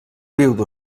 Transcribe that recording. viudo